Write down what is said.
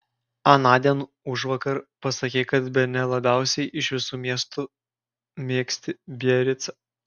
anądien užvakar pasakei kad bene labiausiai iš visų miestų mėgsti biaricą